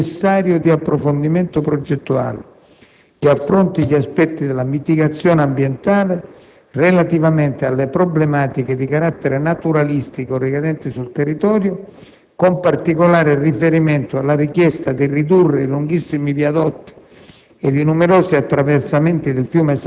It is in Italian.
comunica di ritenere il progetto necessario di un approfondimento progettuale che affronti gli aspetti della mitigazione ambientale, relativamente alle problematiche di carattere naturalistico ricadenti sul territorio, con particolare riferimento alla richiesta di ridurre i lunghissimi viadotti